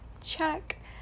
check